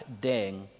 Deng